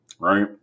right